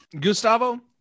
Gustavo